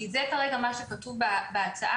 כי זה כרגע מה שכתוב בהצעה.